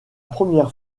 première